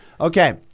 Okay